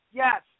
yes